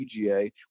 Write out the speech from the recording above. PGA